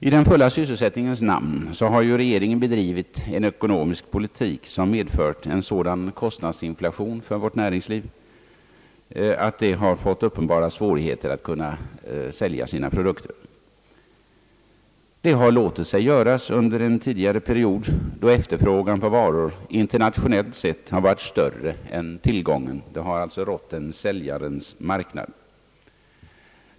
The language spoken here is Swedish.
I den fulla sysselsättningens namn har regeringen bedrivit en ekonomisk politik, som medfört en sådan kostnadsinflation att vårt näringsliv har fått uppenbara svårigheter att sälja sina produkter. Detta har låtit sig göra under en tidigare period då efterfrågan på varor internationellt sett har varit större än tillgången. Det har alltså rått en säljarens marknad.